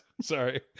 Sorry